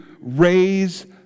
raise